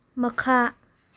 ꯃꯈꯥ